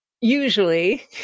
usually